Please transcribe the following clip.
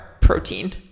protein